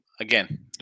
Again